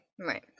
Right